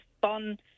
fun